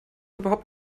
überhaupt